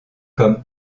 comme